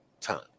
time